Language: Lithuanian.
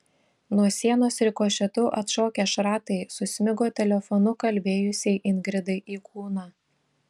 nuo sienos rikošetu atšokę šratai susmigo telefonu kalbėjusiai ingridai į kūną